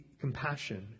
compassion